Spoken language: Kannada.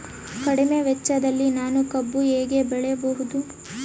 ಕಡಿಮೆ ವೆಚ್ಚದಲ್ಲಿ ನಾನು ಕಬ್ಬು ಹೇಗೆ ಬೆಳೆಯಬಹುದು?